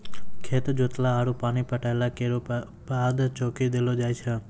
खेत जोतला आरु पानी पटैला केरो बाद चौकी देलो जाय छै?